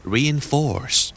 Reinforce